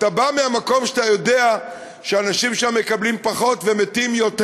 אתה בא מהמקום שאתה יודע שאנשים שם מקבלים פחות ומתים יותר.